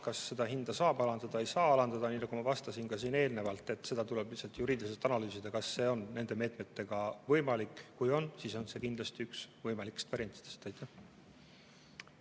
kas seda hinda saab alandada või ei saa alandada. Nii nagu ma vastasin siin eelnevalt, seda tuleb lihtsalt juriidiliselt analüüsida, kas see on nende meetmetega võimalik. Kui on, siis on see kindlasti üks võimalikest variantidest. Aitäh!